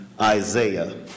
Isaiah